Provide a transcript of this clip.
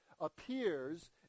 appears